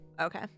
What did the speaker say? Okay